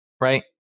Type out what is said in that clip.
Right